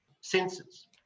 senses